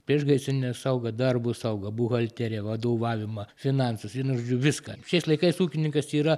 priešgaisrinę saugą darbo saugą buhalteriją vadovavimą finansus vienu žodžiu viską šiais laikais ūkininkas yra